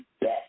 back